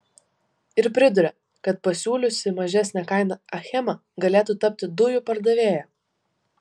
ir priduria kad pasiūliusi mažesnę kainą achema galėtų tapti dujų pardavėja